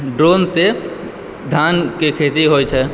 ड्रोनसँ धानके खेती होइ छै